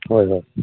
ꯍꯣꯏ ꯍꯣꯏ